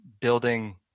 building